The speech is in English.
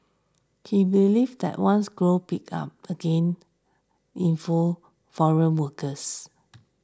he believed that once growth picked up again inflow foreign workers